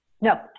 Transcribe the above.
No